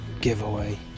giveaway